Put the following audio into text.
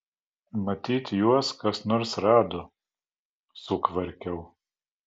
matyt juos kas nors rado sukvarkiau